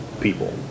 people